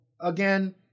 again